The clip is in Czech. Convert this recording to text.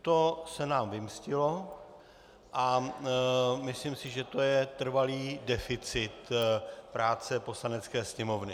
To se nám vymstilo a myslím si, že to je trvalý deficit práce Poslanecké sněmovny.